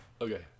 okay